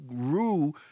grew